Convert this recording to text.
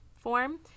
form